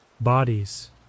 Bodies